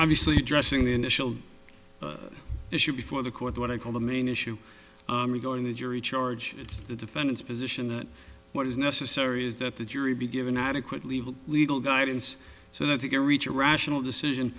obviously addressing the initial issue before the court what i call the main issue regarding the jury charge it's the defendant's position that what is necessary is that the jury be given adequate legal legal guidance so that they can reach a rational decision